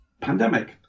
pandemic